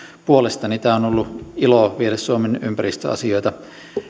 puolestani on ollut ilo viedä suomen ympäristöasioita